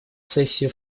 сессию